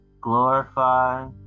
glorify